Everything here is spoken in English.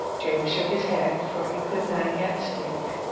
james shook his head, for he could not yet speak.